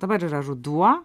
dabar yra ruduo